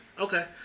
Okay